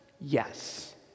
Yes